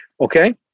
Okay